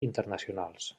internacionals